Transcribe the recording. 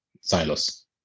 silos